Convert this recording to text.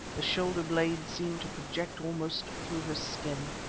the shoulder-blades seemed to project almost through her skin.